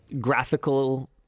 graphical